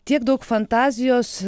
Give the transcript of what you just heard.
tiek daug fantazijos